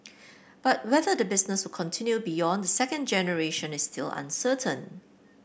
but whether the business will continue beyond the second generation is still uncertain